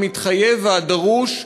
המתחייב והדרוש,